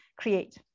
create